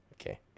Okay